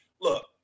Look